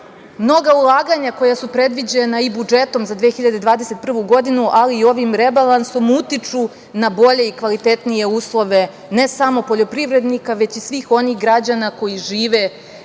mnoga ulaganja koja su predviđena i budžetom za 2021. godinu, ali i ovim rebalansom utiču na bolje i kvalitetnije uslove, ne samo poljoprivrednik, već i svih onih građana koji žive